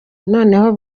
noneho